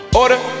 order